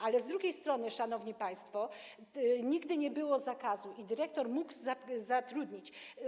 Ale z drugiej strony, szanowni państwo, nigdy nie było zakazu i dyrektor mógł zatrudnić.